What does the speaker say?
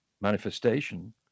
manifestation